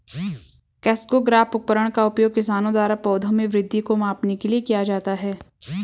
crescograph उपकरण का उपयोग किसानों द्वारा पौधों में वृद्धि को मापने के लिए किया जाता है